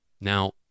Now